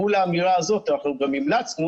מול האמירה הזאת אנחנו גם המלצנו